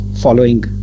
following